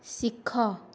ଶିଖ